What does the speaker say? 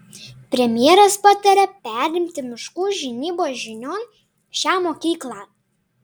premjeras patarė perimti miškų žinybos žinion šią mokyklą